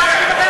מה הוא אומר.